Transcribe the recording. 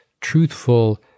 truthful